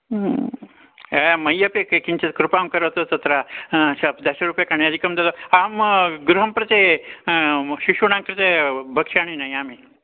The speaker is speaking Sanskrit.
ये मह्यमपि किं किञ्चित् कृपां करोतु तत्र शप् दशरूप्यकाणि अधिकं ददा अहं गृहं प्रति शिशूनां कृते भक्ष्याणि नयामि